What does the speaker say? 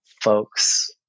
folks